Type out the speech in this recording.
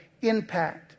impact